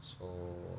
so